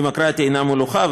דמוקרטיה אינה מלוכה,